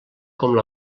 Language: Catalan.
com